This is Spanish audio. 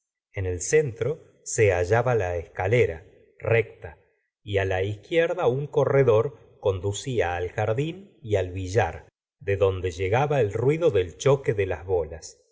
en el centro se hallaba la escalera recta y á la izquierda un corredor conducía al jardín y al billar de donde llegaba el ruido del choque de las bolas